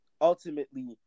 ultimately